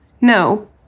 No